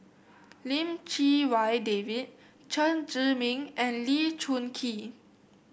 Lim Chee Wai David Chen Zhiming and Lee Choon Kee